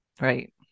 Right